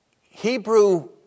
Hebrew